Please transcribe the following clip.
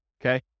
okay